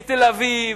בתל-אביב,